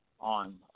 on